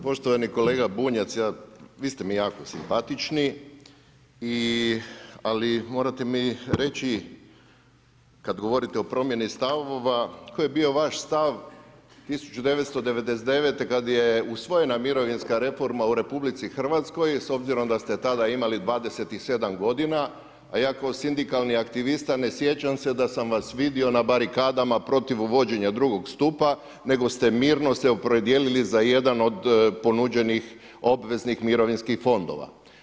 Poštovani kolega Bunjac, vi ste mi jako simpatični ali morate mi reći kad govorite o promjeni stavova, koji je bio vaš stav 1999. kad je usvojena mirovinska reforma u RH s obzirom da ste tada imali 27 g., a ja kao sindikalni aktivista ne sjećam se da sam vas vidio barikadama protiv uvođenja II. stupa, nego ste mirno se opredijelili za jedan od ponuđenih obveznih mirovinskih fondova.